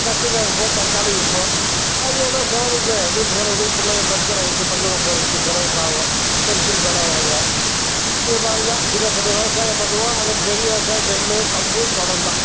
கத்திரிக்காய் விற்போம் தக்காளி விற்போம் அது ஏதோ செலவுக்கு வீட்டு செலவுக்கு பிள்ளைங்க பஸ் செலவுக்கு பள்ளிக்கூடம் போகிறதுக்கு செலவுக்கு ஆகும் பென்சில் பேனா வாங்க இது மாதிரி தான் சின்ன சின்ன விவசாயம் பண்ணுவோம் அதே பெரிய விவசாயம் நெல் கம்பு சோளம் தான்